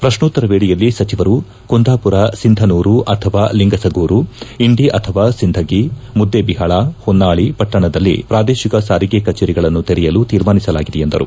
ಪ್ರಕ್ಯೋತ್ತರ ವೇಳೆಯಲ್ಲಿ ಸಚಿವರು ಕುಂದಾಪುರ ಸಿಂಧನೂರು ಅಥವಾ ಲಿಂಗಸಗೂರು ಇಂಡಿ ಅಥವಾ ಸಿಂಧಗಿ ಮುದ್ದೇಜಿಪಾಳ ಹೊನ್ನಾಳ ಪಟ್ಟಣದಲ್ಲಿ ಪ್ರಾದೇಶಿಕ ಸಾರಿಗೆ ಕಜೇರಿಗಳನ್ನು ತೆರೆಯಲು ತೀರ್ಮಾನಿಸಲಾಗಿದೆ ಎಂದರು